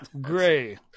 gray